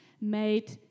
made